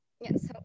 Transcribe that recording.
Yes